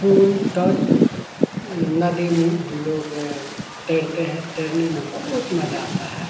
पुल तट नदी में हम लोग तैरते हैं तैरने में बहुत मजा आता है